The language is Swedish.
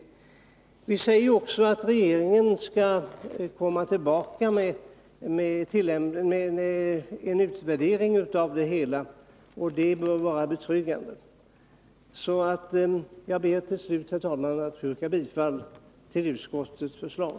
Utskottet säger också att regeringen skall komma tillbaka till riksdagen med en utvärdering av hur det hela har fungerat, och det bör vara betryggande. Jag ber till slut, herr talman, att få yrka bifall till utskottets förslag.